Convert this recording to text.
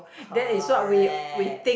correct